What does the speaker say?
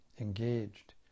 engaged